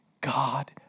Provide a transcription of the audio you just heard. God